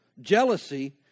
Jealousy